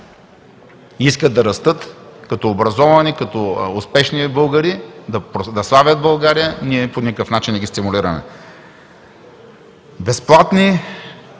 искат да растат като образовани, като успешни българи, да славят България. Ние по никакъв начин не ги стимулираме. Безплатни